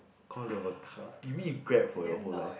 cause of a car you mean you grab for your whole life